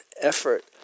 effort